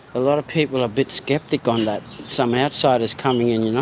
a lot of people a bit sceptical on that, some outsiders coming in, you know.